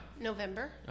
November